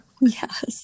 Yes